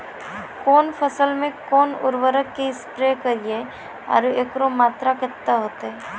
कौन फसल मे कोन उर्वरक से स्प्रे करिये आरु एकरो मात्रा कत्ते होते?